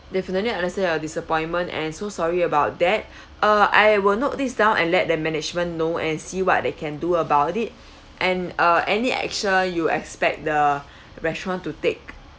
definitely understand your disappointment and so sorry about that uh I will note these down and let the management know and see what they can do about it and uh any extra you expect the restaurant to take